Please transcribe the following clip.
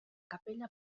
capella